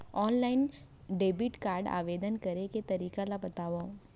Online debit card आवेदन करे के तरीका ल बतावव?